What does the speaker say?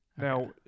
Now